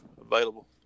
available